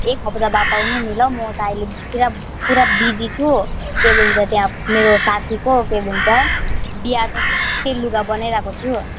एक हप्ता बाद आउनु नि ल म त अहिले पुरा पुरा बिजी छु के भन्छ त्यहाँ मेरो साथीको के भन्छ बिहा छ त त्यही लुगा बनाइरहेको छु